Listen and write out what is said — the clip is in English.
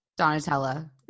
Donatella